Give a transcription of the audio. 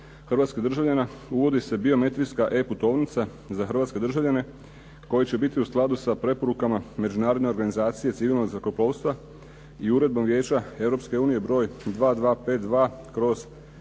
hrvatskih državljana uvodi se biometrijska E putovnica za hrvatske državljane koja će biti u skladu sa preporukama međunarodne organizacije civilnog zrakoplovstva i uredbom vijeća Europske unije